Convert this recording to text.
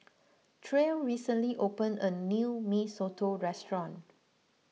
Tre recently opened a new Mee Soto restaurant